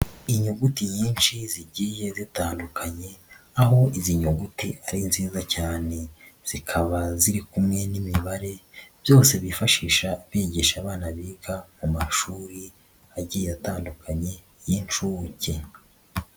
Inyuguti nyinshi zigiye zitandukanye aho izi nyuguti ari nziza cyane, zikaba ziri kumwe n'imibare byose bifashisha bigisha abana biga mu mashuri agiye atandukanye y'inshuke.